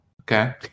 Okay